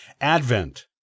Advent